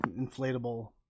inflatable